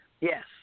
Yes